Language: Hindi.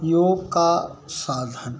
योग का साधन